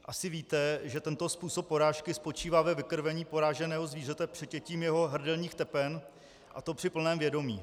Asi víte, že tento způsob porážky spočívá ve vykrvení poraženého zvířete přetětím jeho hrdelních tepen, a to při plném vědomí.